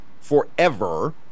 forever